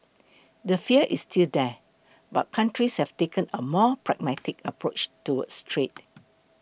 the fear is still there but countries have taken a more pragmatic approach towards trade